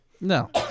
No